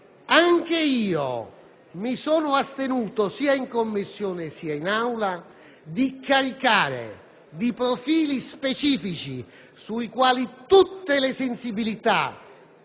Anch'io mi sono astenuto sia in Commissione sia in Aula dal caricare di profili specifici, sui quali tutte le sensibilità